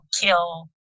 kill